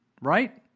Right